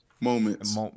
moments